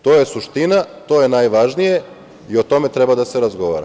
To je suština, to je najvažnije i o tome treba da se razgovara.